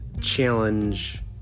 challenge